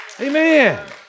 Amen